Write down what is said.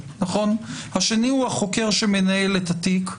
השני הוא החוקר שמנהל את התיק,